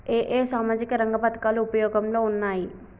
ఏ ఏ సామాజిక రంగ పథకాలు ఉపయోగంలో ఉన్నాయి?